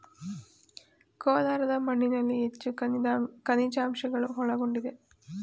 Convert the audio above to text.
ಕೋಲಾರದ ಮಣ್ಣಿನಲ್ಲಿ ಹೆಚ್ಚು ಖನಿಜಾಂಶಗಳು ಒಳಗೊಂಡಿದೆ